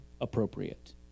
appropriate